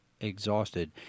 exhausted